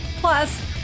Plus